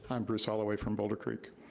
i'm bruce holloway from boulder creek.